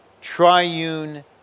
triune